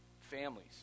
families